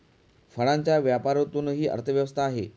फळांच्या व्यापारातूनही अर्थव्यवस्था आहे